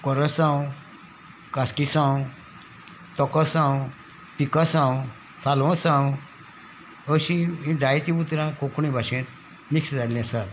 कोरसांव कास्किसांव तोकोसांव पिकसांव सालवोसांव अशीं हीं जायतीं उतरां कोंकणी भाशेंत मिक्स जाल्लीं आसात